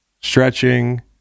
stretching